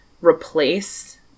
replace